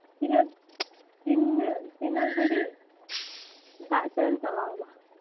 ᱛᱤᱱᱟᱹᱜ ᱛᱤᱱᱟᱹᱜ ᱛᱤᱱᱟᱹᱜ ᱜᱷᱟᱹᱲᱤᱡ ᱫᱟᱜᱽ ᱥᱮᱫ ᱮᱢ ᱪᱟᱞᱟᱣᱱᱟ